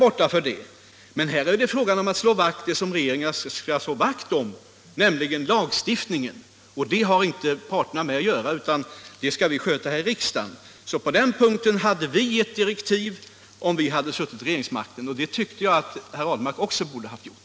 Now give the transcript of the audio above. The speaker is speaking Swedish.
Anser statsrådet det lämpligt att ni, utan att ens underrätta Svensk Kärnbränsleförsörjning AB och trots vad som sägs om ansvarsfördelningen i villkorspropositionen, på detta uppseendeväckande sätt blandar er i förhandlingarna mellan två fristående bolag och därtill ger offentlig kännedom åt era bedömningar i ett känsligt förhandlingsläge?